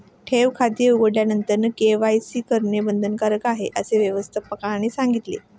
ठेव खाते उघडल्यानंतर के.वाय.सी करणे बंधनकारक आहे, असे व्यवस्थापकाने सांगितले